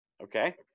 Okay